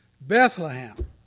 Bethlehem